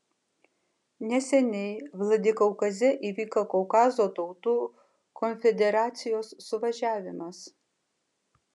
neseniai vladikaukaze įvyko kaukazo tautų konfederacijos suvažiavimas